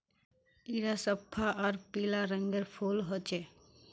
इरा सफ्फा आर पीला रंगेर फूल होचे